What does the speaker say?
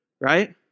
right